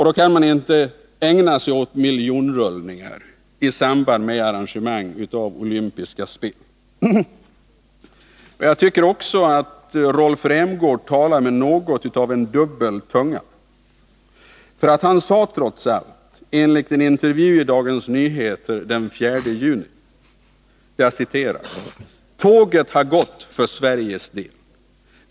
Då kan man inte ägna sig åt miljonrullning i samband med anordnande av olympiska spel. Jag tycker vidare att Rolf Rämgård talar med dubbel tunga i denna debatt. Han sade nämligen enligt en intervju i Dagens Nyheter den 4 juni: ”Tåget har gått för Sveriges del.